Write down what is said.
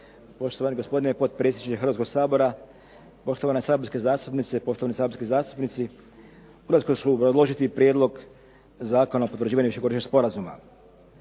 Poštovani gospodine potpredsjedniče Hrvatskog sabora, poštovane saborske zastupnice i poštovani saborski zastupnici kratko ću obrazložiti prijedlog Zakona o potvrđivanju višegodišnjeg sporazuma.